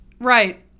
Right